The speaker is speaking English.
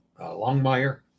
longmire